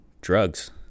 drugs